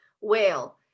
Whale